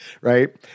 right